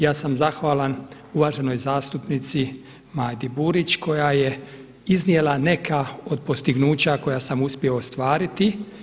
Ja sam zahvalan uvaženoj zastupnici Majdi Burić koja je iznijela neka od postignuća koja sam uspio ostvariti.